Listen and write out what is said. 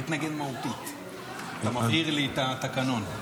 מתנגד מהותית, אתה מבהיר לי את התקנון.